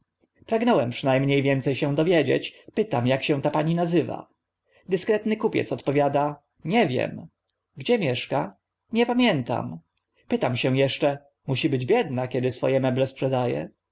pragnąłem przyna mnie więce się dowiedzieć pytam ak się ta pani nazywa dyskretny kupiec odpowiada nie wiem gdzie mieszka nie pamiętam pytam się eszcze musi być biedna kiedy swo e